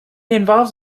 involves